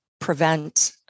prevent